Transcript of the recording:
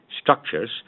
structures